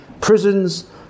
prisons